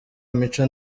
imico